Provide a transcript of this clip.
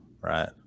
right